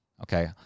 Okay